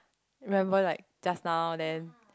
remember like just now then